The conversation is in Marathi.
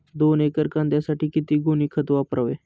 दोन एकर कांद्यासाठी किती गोणी खत वापरावे?